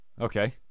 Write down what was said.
okay